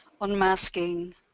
Unmasking